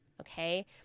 Okay